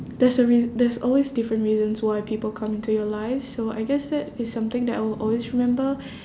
there's a reas~ there's always different reasons why people come into your life so I guess that is something that I will always remember